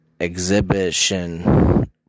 exhibition